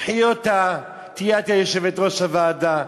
קחי אותה, תהיי את יושבת-ראש הוועדה.